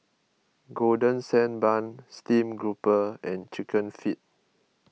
Golden Sand Bun Steamed Grouper and Chicken Feet